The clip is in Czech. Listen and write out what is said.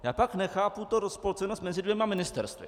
Já pak nechápu tu rozpolcenost mezi dvěma ministerstvy.